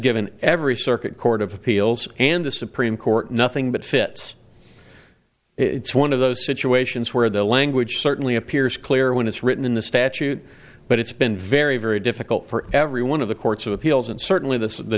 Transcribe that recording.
given every circuit court of appeals and the supreme court nothing but fits it's one of those situations where the language certainly appears clear when it's written in the statute but it's been very very difficult for every one of the courts of appeals and certainly th